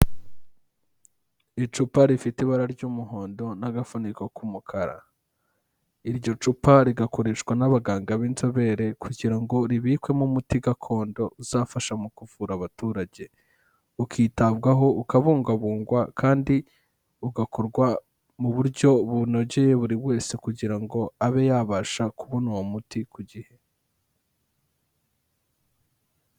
Icupa rifite ibara ry'umuhondo n'agafuniko k'umukara. Iryo cupa rigakoreshwa n'abaganga b'inzobere kugira ngo ribikwemo umuti gakondo uzafasha mu kuvura abaturage. Ukitabwaho ukabungabungwa kandi ugakorwa mu buryo bunogeye buri wese kugira ngo abe yabasha kubona uwo muti ku gihe.